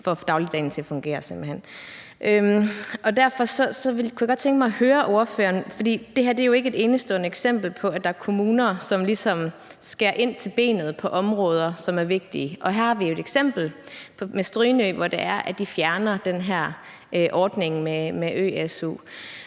for at få dagligdagen til at fungere. Derfor kunne godt tænke mig at høre ordføreren om noget, for det her er jo ikke et enestående eksempel på, at der er kommuner, som ligesom skærer ind til benet på områder, som er vigtige. Her har vi jo et eksempel med Strynø, hvor det er, at de fjerner den her ordning med ø-su.